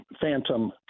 phantom